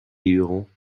hurons